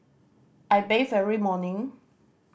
I bathe every morning